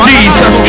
Jesus